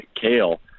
Kale